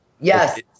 Yes